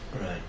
right